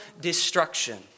destruction